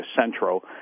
central